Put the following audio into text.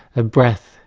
a breath,